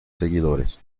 seguidores